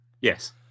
yes